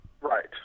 Right